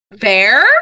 fair